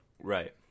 right